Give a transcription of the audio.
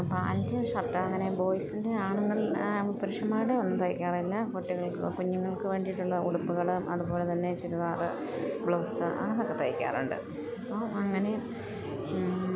pant shirt അങ്ങനെ ബോയ്സിൻ്റെ ആണുങ്ങൾ പുരുഷന്മാരുടെ ഒന്നും തയ്ക്കാറില്ല കുട്ടികൾക്ക് കുഞ്ഞുങ്ങൾക്ക് വേണ്ടിട്ടുള്ള ഉടുപ്പുകൾ അതുപോലെ തന്നെ ചുരിദാറ് ബ്ലൗസ് അങ്ങനൊക്കെ തയ്ക്കാറുണ്ട് അപ്പം അങ്ങനെ